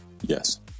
Yes